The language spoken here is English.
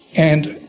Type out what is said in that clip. and